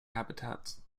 habitats